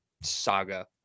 saga